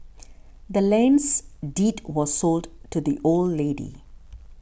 the land's deed was sold to the old lady